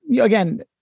again